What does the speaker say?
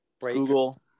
Google